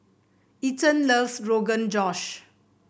Ethan loves Rogan Josh